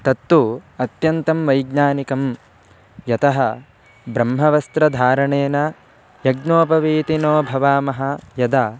तत्तु अत्यन्तं वैज्ञानिकं यतः ब्रह्मवस्त्रधारणेन यज्ञोपवीतिनो भवामः यदा